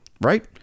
right